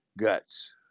guts